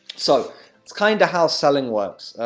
so that's kind of how selling works.